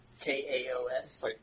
K-A-O-S